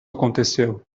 aconteceu